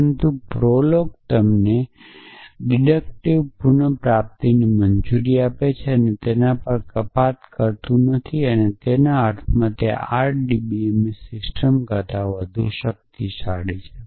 પરંતુ પ્રોલોગ તમને ડિડક્ટિવ પુનપ્રાપ્તિની મંજૂરી આપે છે તેના પર કપાત કરતું નથી અને તે અર્થમાં તે RDBMS સિસ્ટમ કરતા વધુ શક્તિશાળી છે